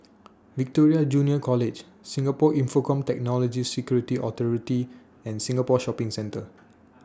Victoria Junior College Singapore Infocomm Technology Security Authority and Singapore Shopping Centre